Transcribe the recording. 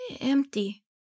empty